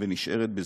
ונשארת בזיכרון.